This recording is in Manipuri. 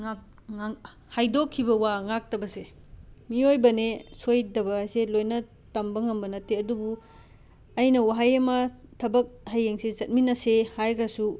ꯉꯥꯛ ꯉꯥꯡ ꯍꯥꯏꯗꯣꯛꯈꯤꯕ ꯋꯥ ꯉꯥꯛꯇꯕꯁꯦ ꯃꯤꯑꯣꯏꯕꯅꯦ ꯁꯣꯏꯗꯕ ꯑꯁꯦ ꯂꯣꯏꯅ ꯇꯝꯕ ꯉꯝꯕ ꯅꯠꯇꯦ ꯑꯗꯨꯕꯨ ꯑꯩꯅ ꯋꯥꯍꯩ ꯑꯃ ꯊꯕꯛ ꯍꯌꯦꯡꯁꯦ ꯆꯠꯃꯤꯟꯅꯁꯦ ꯍꯥꯏꯈ꯭ꯔꯁꯨ